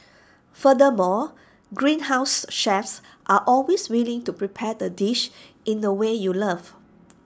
furthermore Greenhouse's chefs are always willing to prepare the dish in the way you love